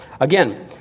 Again